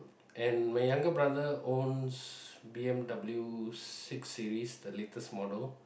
and my younger brother owns B_M_W six series the latest model